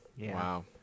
Wow